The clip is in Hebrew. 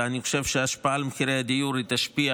ואני חושב שההשפעה על מחירי הדיור תשפיע